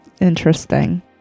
Interesting